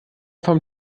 vom